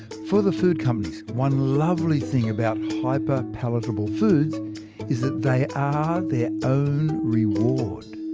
for the food companies, one lovely thing about hyperpalatable foods is that they are their own reward.